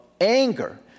anger